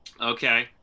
Okay